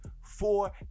four